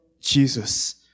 Jesus